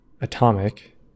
atomic